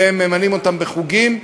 והם ממלאים אותם בחוגים.